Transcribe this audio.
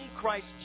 Christ